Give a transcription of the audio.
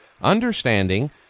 understanding